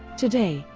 today,